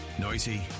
Noisy